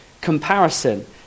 comparison